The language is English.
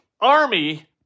Army